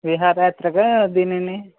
విహారి యాత్రిగా దీనిని